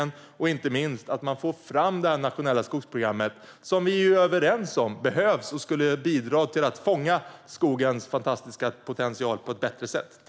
Inte minst är det viktigt att man får fram det här nationella skogsprogrammet, som vi ju är överens om behövs och som skulle bidra till att fånga skogens fantastiska potential på ett bättre sätt.